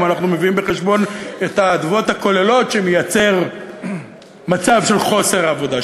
אם אנחנו מביאים בחשבון את האדוות הכוללות שמייצר מצב של חוסר עבודה,